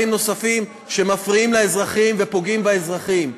נוספים שמפריעים לאזרחים ופוגעים באזרחים.